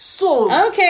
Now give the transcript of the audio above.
Okay